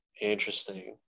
interesting